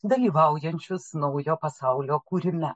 dalyvaujančius naujo pasaulio kūrime